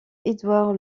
édouard